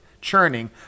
churning